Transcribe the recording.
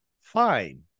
fine